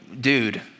dude